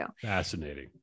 Fascinating